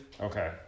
Okay